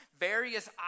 various